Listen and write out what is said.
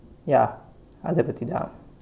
ya அதை பத்திதான்:athai pathithaan